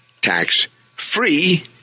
tax-free